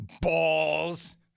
Balls